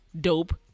dope